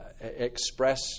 express